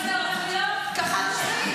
כל זה הולך להיות --- אני לא רוצה להתווכח,